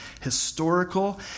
historical